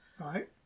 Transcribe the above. Right